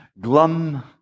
glum